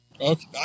Okay